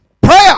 prayer